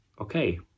okay